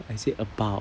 I said about